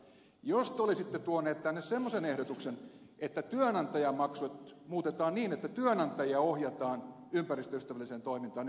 jos te olisitte tuoneet tänne semmoisen ehdotuksen että työnantajamaksut muutetaan niin että työnantajia ohjataan ympäristöystävälliseen toimintaan niin me huutaisimme hurraata teille ed